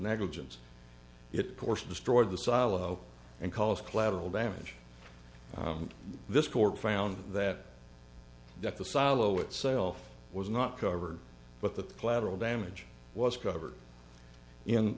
negligence it course destroyed the silo and cause collateral damage this court found that that the silo itself was not covered but the collateral damage was covered in